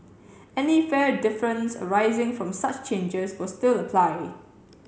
any fare difference arising from such changes will still apply